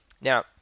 Now